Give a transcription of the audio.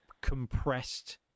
compressed